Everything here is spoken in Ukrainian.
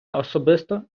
особисто